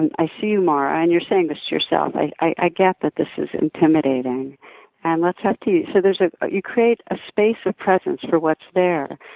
and i see you mara, and you're saying this to yourself i i get that this is intimidating and let's have tea. so ah you create a space of presence for what's there.